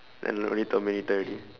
and don't need thermometer